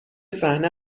صحنه